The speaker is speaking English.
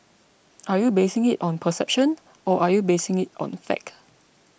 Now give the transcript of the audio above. are you basing it on perception or are you basing it on the fact